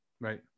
Right